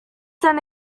then